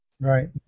Right